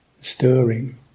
stirring